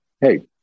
hey